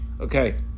Okay